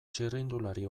txirrindulari